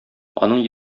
аның